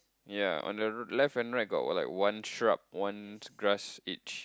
ya on the left and right got like one truck one grass each